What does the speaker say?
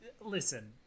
listen